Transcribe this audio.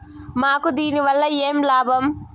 మాకు దీనివల్ల ఏమి లాభం